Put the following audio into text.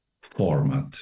format